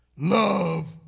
Love